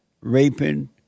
raping